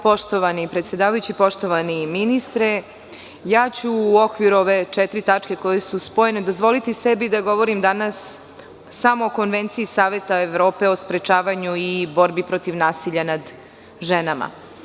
Poštovani predsedavajući, poštovani ministre, ja ću u okviru ove četiri tačke koje su spojene dozvoliti sebi da govorim danas samo o Konvenciji SE o sprečavanju i borbi protiv nasilja nad ženama.